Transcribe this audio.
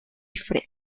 fred